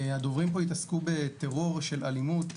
הדוברים פה התעסקו בטרור של אלימות,